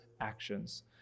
actions